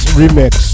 remix